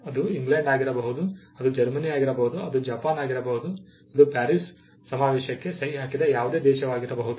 ಅದು ಇಂಗ್ಲೆಂಡ್ ಆಗಿರಬಹುದು ಅದು ಜರ್ಮನಿ ಆಗಿರಬಹುದು ಅದು ಜಪಾನ್ ಆಗಿರಬಹುದು ಇದು ಪ್ಯಾರಿಸ್ ಸಮಾವೇಶಕ್ಕೆ ಸಹಿ ಹಾಕಿದ ಯಾವುದೇ ದೇಶವಾಗಿರಬಹುದು